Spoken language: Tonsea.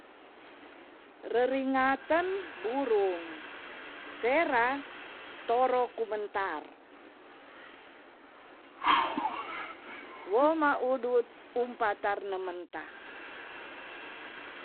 Reringaten burung sera toro kumentar wo ma udut umpa tarne menta.